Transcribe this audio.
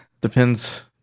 Depends